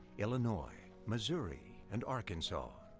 illinois, missouri, and arkansas.